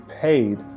paid